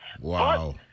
wow